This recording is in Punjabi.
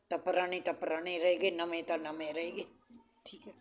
ਤਾਂ ਪੁਰਾਣੇ ਤਾਂ ਪੁਰਾਣੇ ਰਹਿ ਗਏ ਨਵੇਂ ਤਾਂ ਨਵੇਂ ਰਹਿ ਗਏ ਠੀਕ ਹੈ